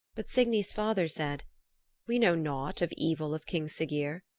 but signy's father said we know nought of evil of king siggeir.